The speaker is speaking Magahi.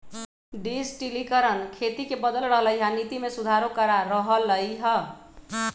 डिजटिलिकरण खेती के बदल रहलई ह आ नीति में सुधारो करा रह लई ह